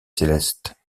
céleste